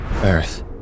earth